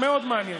מאוד מעניין,